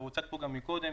והוצג פה גם מקודם,